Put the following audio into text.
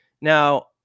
Now